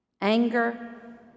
anger